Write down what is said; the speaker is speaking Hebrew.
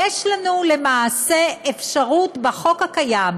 יש לנו למעשה אפשרות בחוק הקיים,